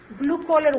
blue-collar